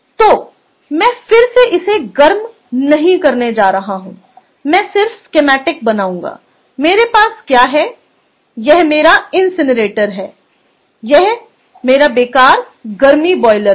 तो मैं फिर से इसे गर्म नहीं करने जा रहा हूं मैं सिर्फ स्कीमैटिक बनाऊंगा मेरे पास क्या है यह मेरा इनसिनरेटर है यह मेरा बेकार गर्मी बॉयलर है